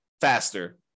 faster